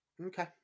Okay